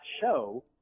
show